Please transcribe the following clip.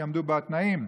שיעמדו בתנאים.